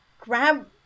Grab